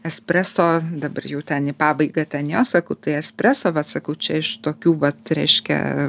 espreso dabar jau ten į pabaigą ten jo sako tai espreso vat sakau čia iš tokių vat reiškia